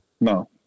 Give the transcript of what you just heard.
No